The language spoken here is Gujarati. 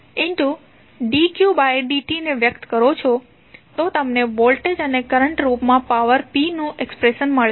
dqdt ને વ્યક્ત કરો તો તમને વોલ્ટેજ અને કરંટના રૂપમાં પાવર p નુ એક્સપ્રેશન મળશે